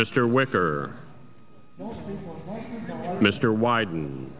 mr wicker mr wyden and